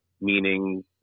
meaning